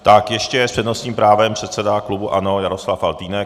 Tak ještě s přednostním právem předseda klubu ANO Jaroslav Faltýnek.